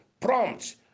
prompt